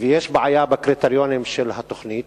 ויש בעיה בקריטריונים של התוכנית.